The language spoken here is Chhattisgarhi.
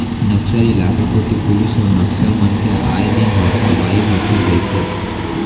नक्सल इलाका कोती पुलिस अउ नक्सल मन के आए दिन हाथापाई होथे रहिथे